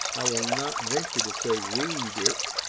i will not venture to say read, it,